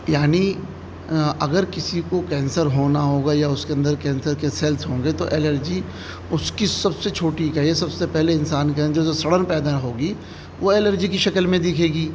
یعنی اگر کسی کو کینسر ہونا ہوگا یا اس کے اندر کینسر کے سیلس ہوں گے تو الرجی اس کی سب سے چھوٹی اکائی ہے سب سے پہلے انسان کے اندر جو سڑن پیدا ہوگی وہ الرجی کی شکل میں دکھے گی